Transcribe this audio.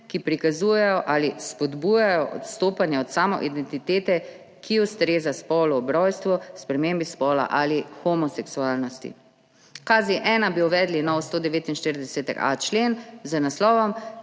ki prikazujejo ali spodbujajo odstopanje od samoidentitete, ki ustreza spolu ob rojstvu, spremembo spola ali homoseksualnost. V KZ-1 bi uvedli nov 149.a člen z naslovom